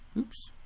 oops.